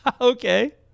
Okay